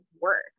work